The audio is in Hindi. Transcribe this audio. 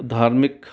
धार्मिक